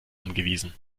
angewiesen